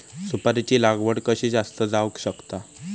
सुपारीची लागवड कशी जास्त जावक शकता?